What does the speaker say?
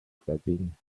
regretting